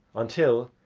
until,